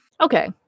Okay